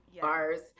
bars